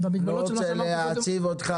במגבלות של מה שאמרתי --- אני לא רוצה להעציב אותה,